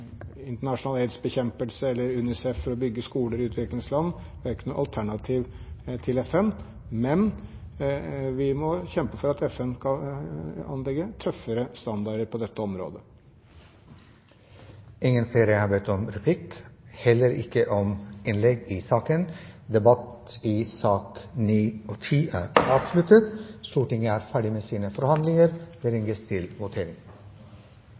internasjonal aidsbekjempelse, eller UNICEF for å bygge skoler i utviklingsland. Det er ikke noe alternativ til FN, men vi må kjempe for at FN skal anlegge tøffere standarder på dette området. Replikkordskiftet er omme. Flere har ikke bedt om ordet til sakene nr. 9 og 10. Stortinget går til votering. I sak nr. 3 foreligger det